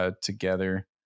together